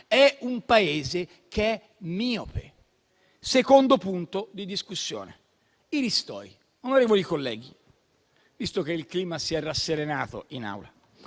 è miope. Vengo al secondo punto di discussione: i ristori. Onorevoli colleghi, visto che il clima si è rasserenato in Aula,